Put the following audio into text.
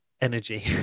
energy